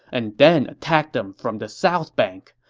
and then attack them from the south bank.